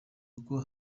kuko